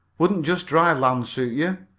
wouldn't just dry land suit you?